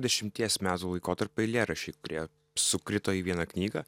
dešimties metų laikotarpio eilėraščiai kurie sukrito į vieną knygą